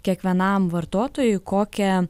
kiekvienam vartotojui kokią